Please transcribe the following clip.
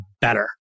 better